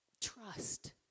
trust